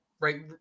right